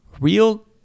real